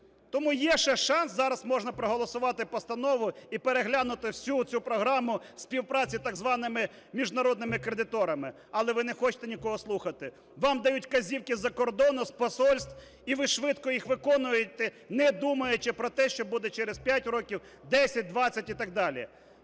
Тому є ще шанс зараз можна проголосувати постанову і переглянути всю оцю програму співпраці з так званими міжнародними кредиторами. Але ви не хочете нікого слухати, вам дають вказівки з-за кордону, з посольств, і ви швидко їх виконуєте, не думаючи про те, що буде через 5 років, 10, 20 і так далі.